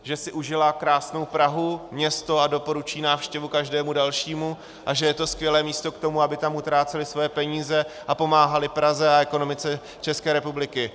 Že si užila krásnou Prahu, město a doporučí návštěvu každému dalšímu a že to je skvělé místo k tomu, aby tam utráceli své peníze a pomáhali Praze a ekonomice České republiky?